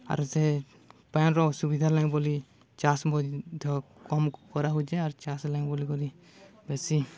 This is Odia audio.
ଆର୍ ସେ ପଏନ୍ର ଅସୁବିଧା ଲାଗି ବୋଲି ଚାଷ୍ ମଧ୍ୟ କମ୍ କରାହଉଚେ ଆର୍ ଚାଷ୍ ଲାଗି ବୋଲିକରି ବେଶୀ